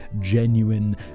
genuine